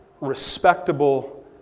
respectable